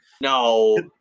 No